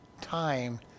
time